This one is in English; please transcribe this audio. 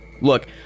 Look